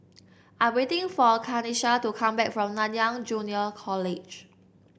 I'm waiting for Kanesha to come back from Nanyang Junior College